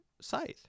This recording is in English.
Scythe